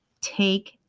take